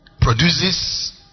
produces